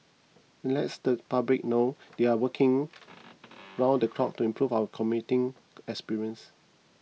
it lets the public know they are working round the clock to improve our commuting experience